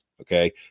Okay